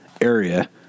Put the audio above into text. area